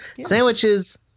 Sandwiches